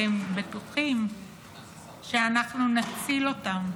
והם בטוחים שאנחנו נציל אותם,